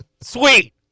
Sweet